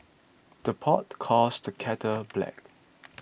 the pot calls the kettle black